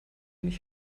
mich